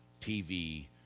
TV